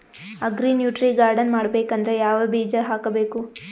Agri nutri garden ಮಾಡಬೇಕಂದ್ರ ಯಾವ ಬೀಜ ಹಾಕಬೇಕು?